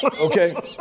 Okay